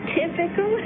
typical